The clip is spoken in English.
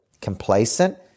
complacent